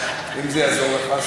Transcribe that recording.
אם זה יעזור לך אז כן.